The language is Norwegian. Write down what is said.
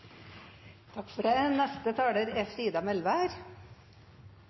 Takk for svaret. Det er